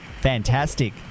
Fantastic